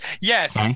Yes